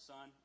Son